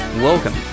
Welcome